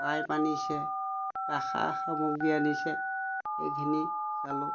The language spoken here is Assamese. পাইপ আনিছে বা সা সামগ্ৰী আনিছে সেইখিনি চালোঁ